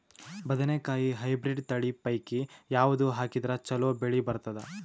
ಬದನೆಕಾಯಿ ಹೈಬ್ರಿಡ್ ತಳಿ ಪೈಕಿ ಯಾವದು ಹಾಕಿದರ ಚಲೋ ಬೆಳಿ ಬರತದ?